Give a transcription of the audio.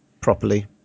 properly